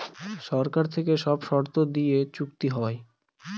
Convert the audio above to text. সরকার থেকে সব শর্ত দিয়ে চুক্তি হয়